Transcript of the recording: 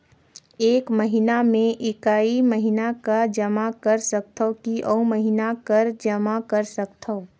एक महीना मे एकई महीना कर जमा कर सकथव कि अउ महीना कर जमा कर सकथव?